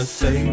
say